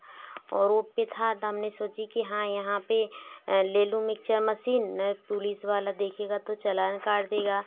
वह रोप पर था तो हमने सोची कि हाँ यहाँ पर ले लूँ मिक्चर मशीन नए पुलिस वाला देखेगा तो चलान काट देगा